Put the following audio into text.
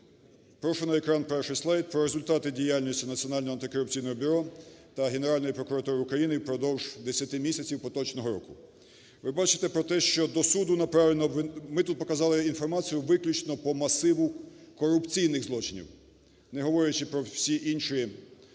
Прошу на екран перший слайд. Про результати діяльності Національного антикорупційного бюро та Генеральної прокуратури України впродовж 10 місяців поточного року. Ви бачите те, що до суду направлено… Ми тут показали інформацію виключно по масиву корупційних злочинів, не говорячи про всі інші десятки